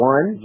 One